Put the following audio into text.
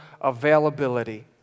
availability